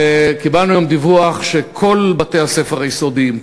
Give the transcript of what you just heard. קיבלנו היום דיווח שכל בתי-הספר היסודיים,